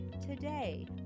Today